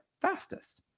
fastest